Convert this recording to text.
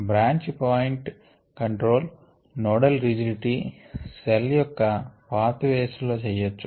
branch point control nodal rigidity cell యొక్క pathways లో చెయ్యొచ్చు